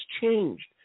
changed